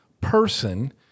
person